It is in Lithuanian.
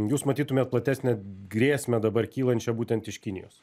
jūs matytumėt platesnę grėsmę dabar kylančią būtent iš kinijos